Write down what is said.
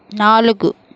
నాలుగు